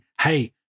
hey